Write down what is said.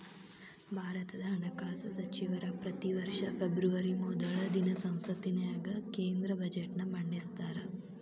ಭಾರತದ ಹಣಕಾಸ ಸಚಿವರ ಪ್ರತಿ ವರ್ಷ ಫೆಬ್ರವರಿ ಮೊದಲ ದಿನ ಸಂಸತ್ತಿನ್ಯಾಗ ಕೇಂದ್ರ ಬಜೆಟ್ನ ಮಂಡಿಸ್ತಾರ